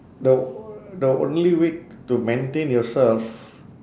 the o~ the only way to maintain yourself